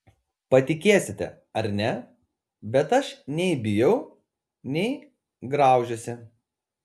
patikėsite ar ne bet aš nei bijau nei graužiuosi